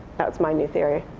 that's my new theory.